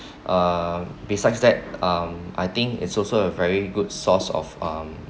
um besides that um I think it's also a very good source of um